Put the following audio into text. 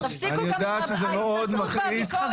תפסיקו את ההתנשאות והביקורת הזאת.